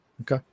okay